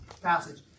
passage